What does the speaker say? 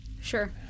sure